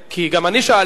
כי גם אני שאלתי,